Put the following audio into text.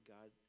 God